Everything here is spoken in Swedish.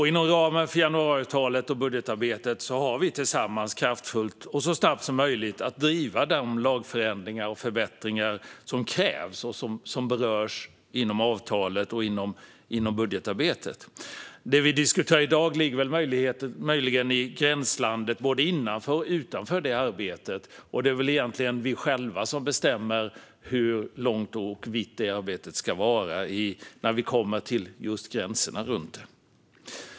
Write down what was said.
Inom ramen för januariavtalet och budgetarbetet har vi att tillsammans kraftfullt och så snabbt som möjligt driva de lagförändringar och förbättringar som krävs och som berörs inom avtalet och inom budgetarbetet. Det vi diskuterar i dag ligger möjligen i gränslandet både innanför och utanför det arbetet. Det är väl egentligen vi själva som bestämmer hur långt och vitt det arbetet ska vara när vi kommer till just gränserna runt det.